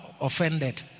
offended